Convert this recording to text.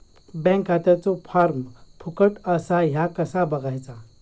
Bank खात्याचो form फुकट असा ह्या कसा बगायचा?